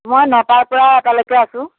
মই নটাৰ পৰা এটালৈকে আছোঁ